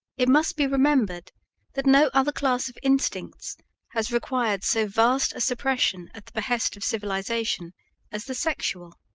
it must be remembered that no other class of instincts has required so vast a suppression at the behest of civilization as the sexual,